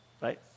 right